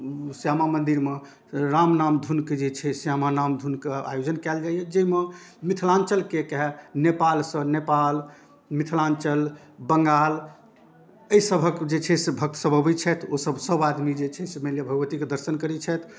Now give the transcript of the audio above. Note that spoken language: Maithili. श्यामा मन्दिरमे रामनाम धुनके जे छै श्यामा नाम धुनके आयोजन कएल जाइए जाहिमे मिथिलाञ्चलके कहै नेपालसँ नेपाल मिथिलाञ्चल बङ्गाल एहिसबके जे छै से भक्तसब अबै छथि ओसब सब आदमी जे छै से मानि लिअऽ भगवतीके दर्शन करै छथि